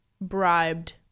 bribed